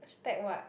stack what